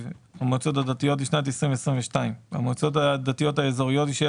המועצות הדתיות לשנת 2022. במועצות דתיות אזוריות יישאר